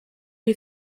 who